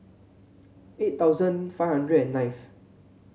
eight thousand five hundred and ninth